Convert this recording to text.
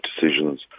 decisions